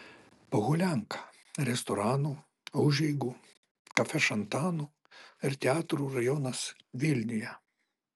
pohulianka restoranų užeigų kafešantanų ir teatrų rajonas vilniuje